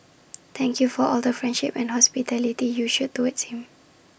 thank you for all the friendship and hospitality you showed towards him